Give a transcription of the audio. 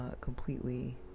completely